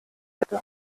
hätte